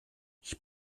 ich